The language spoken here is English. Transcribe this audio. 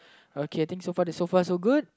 okay think so far this so far so good